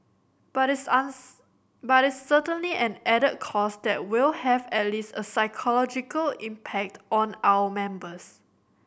but it's but it's certainly an added cost that will have at least a psychological impact on our members